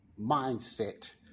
mindset